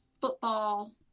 football